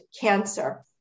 cancer